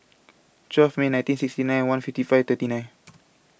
twelve May nineteen sixty nine one fifty five thirty nine